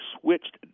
switched